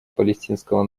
палестинского